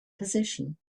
position